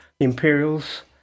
Imperials